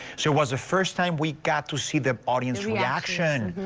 to it was the first time we got to see the audience reaction.